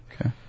Okay